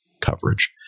coverage